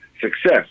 success